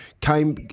came